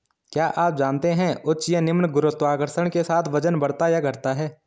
क्या आप जानते है उच्च या निम्न गुरुत्वाकर्षण के साथ वजन बढ़ता या घटता है?